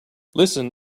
listen